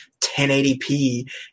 1080p